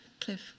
Cliff